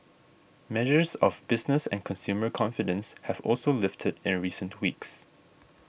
measures of business and consumer confidence have also lifted in recent weeks